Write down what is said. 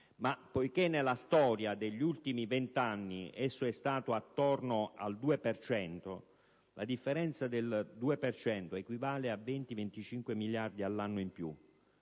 Ma poiché nella storia degli ultimi venti anni esso è stato attorno al 2 per cento, la differenza del 2 per cento equivale a 20-25 miliardi all'anno in più: